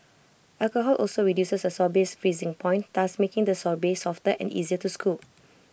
alcohol also reduces A sorbet's freezing point thus making the sorbet softer and easier to scoop